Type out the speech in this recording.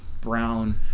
brown